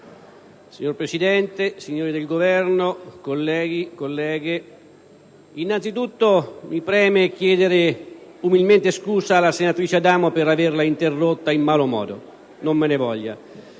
Signor Presidente, signori del Governo, colleghe e colleghi, innanzitutto mi preme chiedere umilmente scusa alla senatrice Adamo per averla interrotta in malo modo; non me ne voglia.